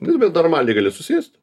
nu ir bent normaliai gali susėst